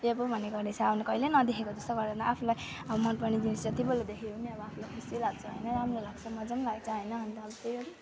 यो पो भनेको रहेछ भनेर कहिले नदेखेको जस्तो गरेर आफूलाई अब मनपर्ने जिनिस जतिपल्ट देखे पनि अब आफूलाई खुसी लाग्छ होइन राम्रो लाग्छ मजा पनि लाग्छ होइन अन्त